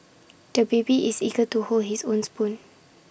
the baby is eager to hold his own spoon